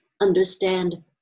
understand